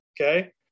okay